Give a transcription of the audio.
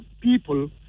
people